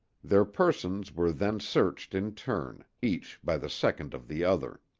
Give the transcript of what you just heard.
their persons were then searched in turn, each by the second of the other.